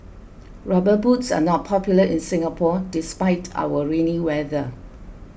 rubber boots are not popular in Singapore despite our rainy weather